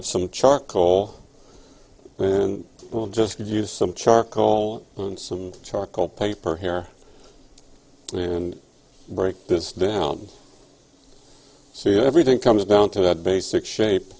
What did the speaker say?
have some charcoal and just give us some charcoal and some charcoal paper here and break this down see everything comes down to the basic shape